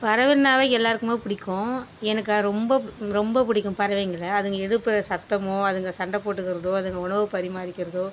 பறவைன்னாவே எல்லாருக்குமே பிடிக்கும் எனக்கா ரொம்ப ரொம்ப பிடிக்கும் பறவைங்கள் அதுங்க எழுப்புகிற சத்தமோ அதுங்க சண்டை போட்டுக்குறதோ அதுங்க உணவு பரிமாறிக்கிறதோ